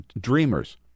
Dreamers